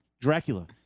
Dracula